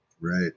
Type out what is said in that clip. Right